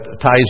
ties